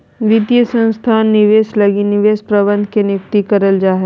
वित्तीय संस्थान निवेश लगी निवेश प्रबंधक के नियुक्ति करल जा हय